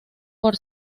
por